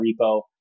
repo